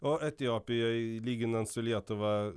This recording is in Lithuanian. o etiopijoj lyginant su lietuva